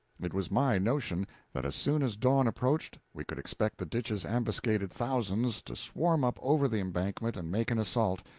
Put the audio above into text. it was my notion that as soon as dawn approached we could expect the ditch's ambuscaded thousands to swarm up over the embankment and make an assault,